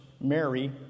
Mary